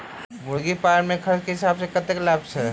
मुर्गी पालन मे खर्च केँ हिसाब सऽ कतेक लाभ छैय?